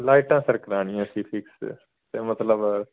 ਲਾਈਟਾਂ ਸਰ ਕਰਾਉਣੀਆਂ ਸੀ ਫਿਕਸ ਅਤੇ ਮਤਲਬ